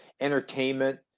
entertainment